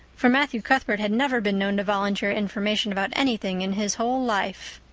for matthew cuthbert had never been known to volunteer information about anything in his whole life.